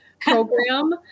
program